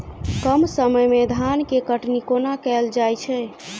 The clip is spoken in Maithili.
कम समय मे धान केँ कटनी कोना कैल जाय छै?